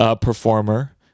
performer